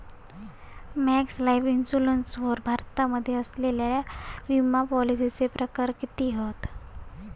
Max Life Insurance वर भारतामध्ये असलेल्या विमापॉलिसीचे प्रकार किती हत?